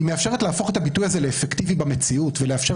היא מאפשרת להפוך את הביטוי הזה לאפקטיבי במציאות ולאפשר